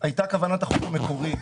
היה כוונת החוק המקורי.